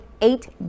eight